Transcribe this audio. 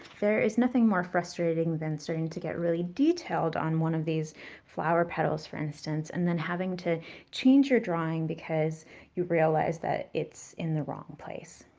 there is nothing more frustrating than starting to get really detailed on one of these flower petals, for instance, and then having to change your drawing because you realize that it's in the wrong place.